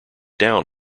down